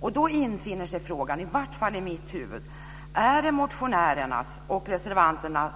Och då infinner sig frågan, i vart fall i mitt huvud: Är det motionärernas och reservanternas